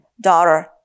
Daughter